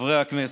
חברי הכנסת,